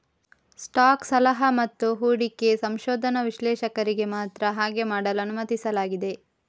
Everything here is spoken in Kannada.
ಸ್ಟಾಕ್ ಸಲಹಾ ಮತ್ತು ಹೂಡಿಕೆ ಸಂಶೋಧನಾ ವಿಶ್ಲೇಷಕರಿಗೆ ಮಾತ್ರ ಹಾಗೆ ಮಾಡಲು ಅನುಮತಿಸಲಾಗಿದೆ